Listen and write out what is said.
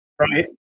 Right